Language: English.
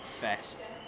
Fest